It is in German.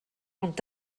und